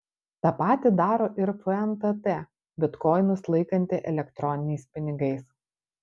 tą patį daro ir fntt bitkoinus laikanti elektroniniais pinigais